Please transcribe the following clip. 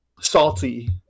Salty